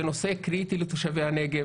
זה נושא קריטי לתושבי הנגב,